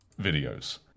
videos